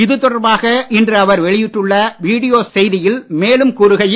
இது தொடர்பாக இன்று அவர் வெளியிட்டுள்ள வீடியோ செய்தியில் மேலும் கூறுகையில்